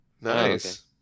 Nice